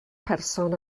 person